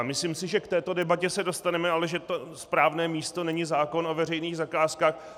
Myslím si, že k této debatě se dostaneme, ale že to správné místo není zákon o veřejných zakázkách.